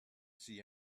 see